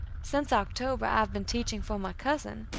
since october i have been teaching for my cousin,